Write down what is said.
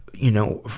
you know,